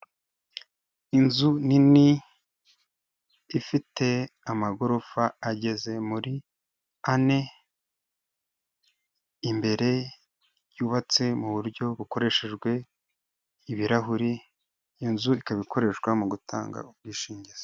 Inzu nini, ifite amagorofa ageze muri ane, imbere yubatse mu buryo bukoreshejwe ibirahuri, inzu ikaba ikoreshwa mu gutanga ubwishingizi.